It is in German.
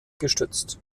gestützt